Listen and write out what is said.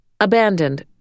Abandoned